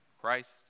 Christ